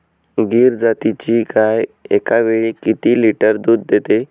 गीर जातीची गाय एकावेळी किती लिटर दूध देते?